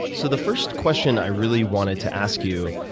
so the first question i really wanted to ask you